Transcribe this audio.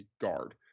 guard